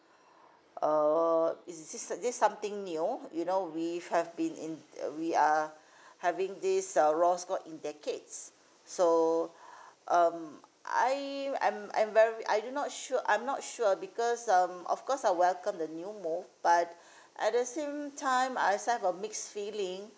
err is this this something new you know we have been in we are having this uh raw score in decades so um I am am very I do not sure I'm not sure because um of course I welcome the new move but at the same time I also have a mixed feeling